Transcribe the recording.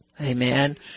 Amen